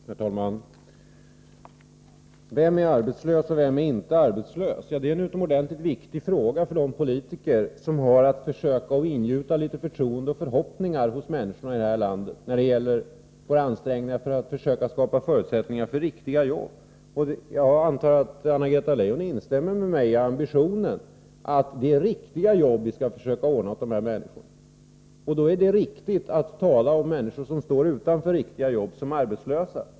Herr talman! Vem är arbetslös, och vem är inte arbetslös? Det är en utomordentligt viktig fråga för de politiker som har att försöka ingjuta litet förtroende och förhoppningar hos människorna i det här landet när det gäller våra ansträngningar att skapa förutsättningar för riktiga jobb. Jag antar att Anna-Greta Leijon håller med mig om att ambitionen är att vi skall försöka ordna riktiga jobb åt människorna. Då är det riktigt att tala om människor som står utanför riktiga jobb som arbetslösa.